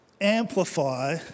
amplify